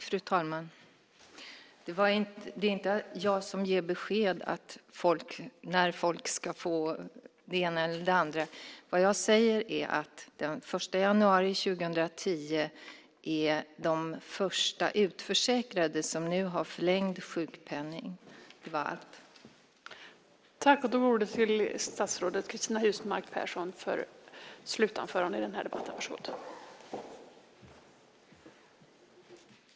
Fru talman! Det är inte jag som ger besked om när folk ska få det ena eller det andra. Vad jag talar om är den 1 januari 2010 och de första utförsäkrade som nu har förlängd sjukpenning; det var allt.